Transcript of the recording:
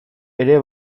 ere